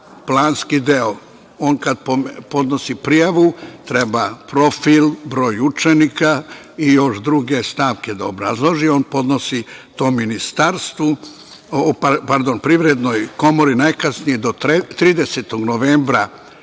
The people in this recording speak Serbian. planski deo. On kada podnosi prijavu treba profil, broj učenika i još druge stavke da obrazloži. On podnosi to Ministarstvu, pardon Privrednoj komori najkasnije do 30. novembra